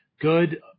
good